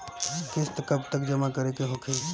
किस्त कब तक जमा करें के होखी?